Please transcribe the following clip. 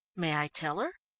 may i tell her?